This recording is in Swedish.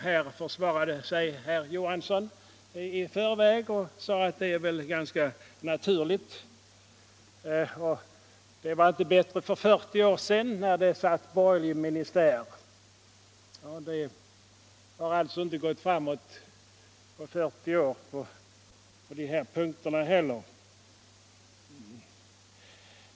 Här försvarade sig herr Johansson i Trollhättan i förväg och sade att detta väl är ganska naturligt och att det inte var bättre för 40 år sedan när det satt en borgerlig ministär. Det har alltså inte gått framåt på 40 år på dessa punkter heller.